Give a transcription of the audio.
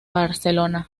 barcelona